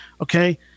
Okay